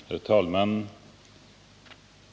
Herr talman!